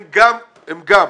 הן גם,